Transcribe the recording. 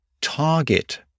target